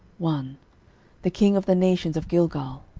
one the king of the nations of gilgal,